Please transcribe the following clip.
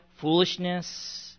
foolishness